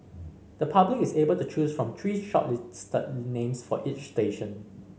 the public is able to choose from three shortlisted names for each station